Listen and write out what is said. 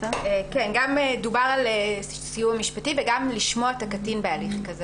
גם דובר על סיוע משפטי וגם לשמוע את הקטין בהליך כזה.